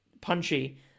punchy